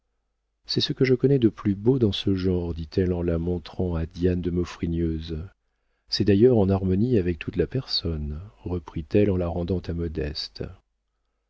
c'est ce que je connais de plus beau dans ce genre dit-elle en la montrant à diane de maufrigneuse c'est d'ailleurs en harmonie avec toute la personne reprit-elle en la rendant à modeste